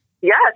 yes